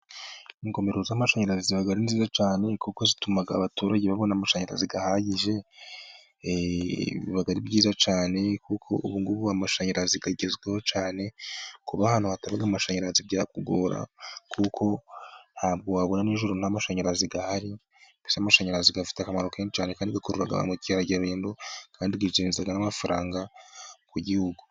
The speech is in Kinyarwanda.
Ingomero z'amashanyarazi ziba ari ni nziza cyane. kuko zituma abaturage babona amashanyarazi ahagije, biba ari byiza cyane, kuko ubu ngubu amashanyarazi agezweho cyane kuba ahantu hatari amashanyarazi byakugora, kuko ntabwo wabona nijoro nta mashanyarazi ahari, amashanyarazi afite akamaro kenshi cyane, kandi bigakorwa mu bukerarugendo, kandi akinjiza n'amafaranga ku gihugu.